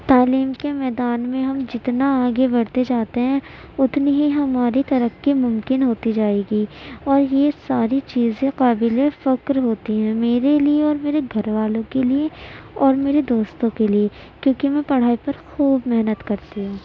تعلیم کے میدان میں ہم جتنا آگے بڑھتے جاتے ہیں اتنی ہی ہماری ترقی ممکن ہوتی جائے گی اور یہ ساری چیزیں قابل فخر ہوتی ہیں میرے لیے اور میرے گھر والوں کے لیے اور میرے دوستوں کے لیے کیوں کہ میں پڑھائی پر خوب محنت کرتی ہوں